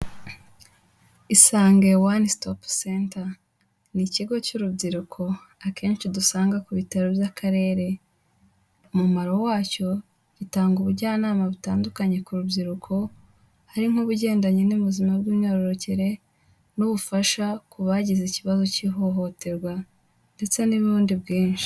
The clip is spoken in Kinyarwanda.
Isange one stop center. Ni ikigo cy'urubyiruko, akenshi dusanga ku bitaro by'Akarere. Umumaro wacyo, gitanga ubujyanama butandukanye ku rubyiruko, hari nk'ubugendanye n'ubuzima bw'imyororokere ,n'ubufasha ku bagize ikibazo cy'ihohoterwa, ndetse n'ubundi bwinshi.